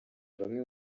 bamwe